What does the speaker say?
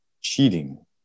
cheating